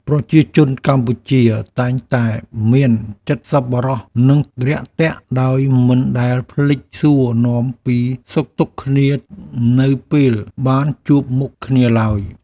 ប្រជាជនកម្ពុជាតែងតែមានចិត្តសប្បុរសនិងរាក់ទាក់ដោយមិនដែលភ្លេចសួរនាំពីសុខទុក្ខគ្នានៅពេលបានជួបមុខគ្នាឡើយ។